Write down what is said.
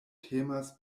temas